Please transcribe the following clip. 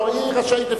זו מצווה אנושית,